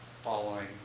following